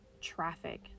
traffic